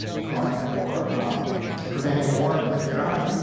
calling for preventing war with iran.